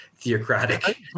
theocratic